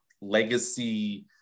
legacy